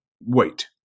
Wait